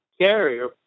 carrier